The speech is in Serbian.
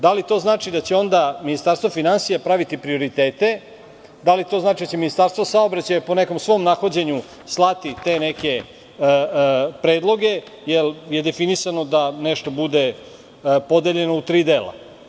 Da li to znači da će onda Ministarstvo praviti prioritete, da li to znači da će Ministarstvo saobraćaja po nekom svom nahođenju slati te neke predloge, jer je definisano da nešto bude podeljeno u tri dela?